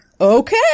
okay